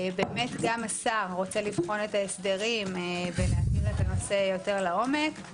גם השר רוצה לבחון את ההסדרים ולהכיר את הנושא יותר לעומק,